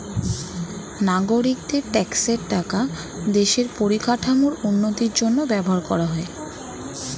নাগরিকদের ট্যাক্সের টাকা দেশের পরিকাঠামোর উন্নতির জন্য ব্যবহার করা হয়